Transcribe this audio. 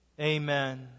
Amen